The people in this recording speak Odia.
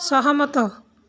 ସହମତ